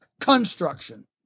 construction